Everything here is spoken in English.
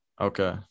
Okay